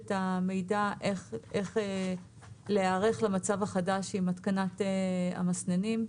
את המידע איך להיערך למצב החדש עם התקנת המסננים.